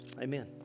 Amen